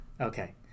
Okay